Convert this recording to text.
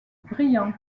brillant